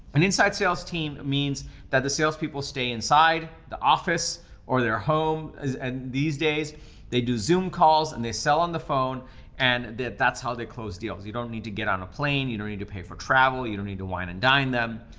an inside sales team means that the salespeople stay inside the office or their home. and these days they do zoom calls and they sell on the phone and that's how they close deals. you don't need to get on a plane. you don't need to pay for travel. you don't need to wine and dine them.